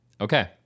Okay